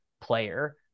player